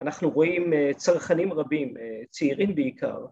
אנחנו רואים צרכנים רבים, צעירים בעיקר